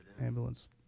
ambulance